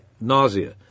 nausea